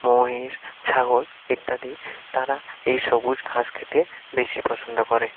মহিষ ছাগল ইত্যাদি তারা এই সবুজ ঘাস খেতে বেশি পছন্দ করে